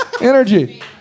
Energy